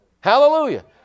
Hallelujah